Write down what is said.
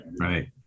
right